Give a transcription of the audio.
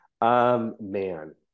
Man